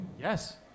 Yes